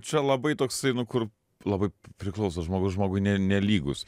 čia labai toksai nu kur labai priklauso žmogus žmogui ne nelygus